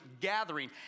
gathering